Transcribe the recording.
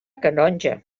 canonja